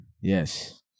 Yes